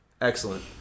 Excellent